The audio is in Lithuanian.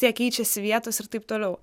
tiek keičiasi vietos ir taip toliau